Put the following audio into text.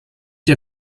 der